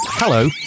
Hello